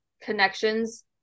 connections